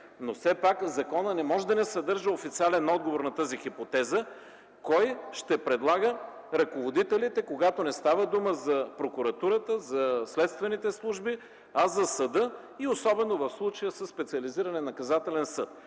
Но все законът не може да съдържа официален отговор на тази хипотеза кой ще предлага ръководителите, когато не става дума за прокуратурата, за следствените служби, а за съда и особено в случая със Специализирания наказателен съд.